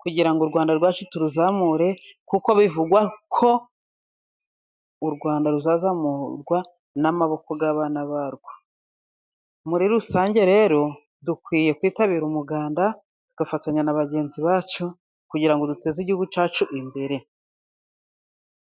kugira ngo u Rwanda rwacu turuzamure, kuko bivugwa ko u Rwanda ruzazamurwa n'amaboko y'abana barwo. Muri rusange rero dukwiye kwitabira umuganda, tugafatanya na bagenzi bacu kugira duteze igihugu cyacu imbere.